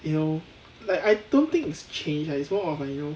you know like I don't think it's changed lah it's more of like you know